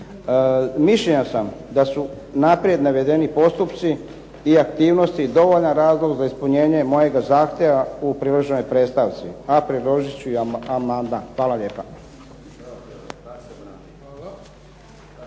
Mišljenja sam da su naprijed navedeni postupci i aktivnosti dovoljan razlog za ispunjenje mojega zahtjeva u priloženoj predstavci, a priložit ću i amandman. Hvala lijepa.